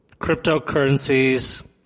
cryptocurrencies